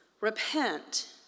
repent